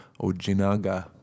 Ojinaga